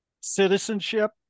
citizenship